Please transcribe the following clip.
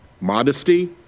Modesty